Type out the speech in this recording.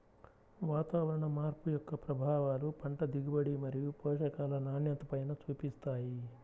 వాతావరణ మార్పు యొక్క ప్రభావాలు పంట దిగుబడి మరియు పోషకాల నాణ్యతపైన చూపిస్తాయి